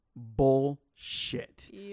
bullshit